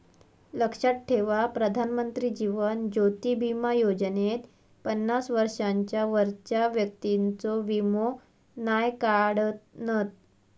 लक्षात ठेवा प्रधानमंत्री जीवन ज्योति बीमा योजनेत पन्नास वर्षांच्या वरच्या व्यक्तिंचो वीमो नाय काढणत